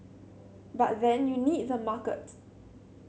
but then you need the market